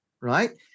Right